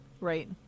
Right